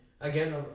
Again